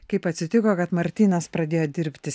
kaip atsitiko kad martynas pradėjo dirbti